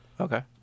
Okay